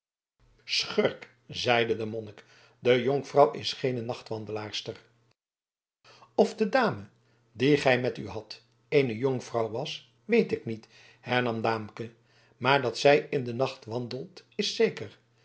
schurk zeide de monnik de jonkvrouw is geene nachtwandelaarster of de dame die gij met u hadt eene jonkvrouw was weet ik niet hernam daamke maar dat zij in den nacht wandelt is zeker